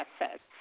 assets